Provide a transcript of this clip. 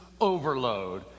overload